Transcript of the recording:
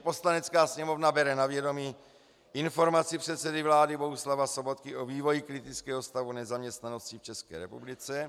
Poslanecká sněmovna bere na vědomí Informaci předsedy vlády Bohuslava Sobotky o vývoji kritického stavu nezaměstnanosti v České republice.